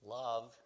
love